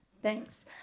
Thanks